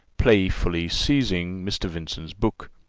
playfully seizing mr. vincent's book.